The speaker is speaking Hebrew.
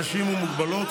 אנשים עם מוגבלות,